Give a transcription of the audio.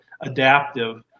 adaptive